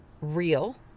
real